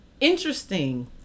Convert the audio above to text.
interesting